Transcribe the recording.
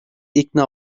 ikna